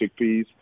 chickpeas